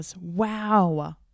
Wow